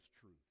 truth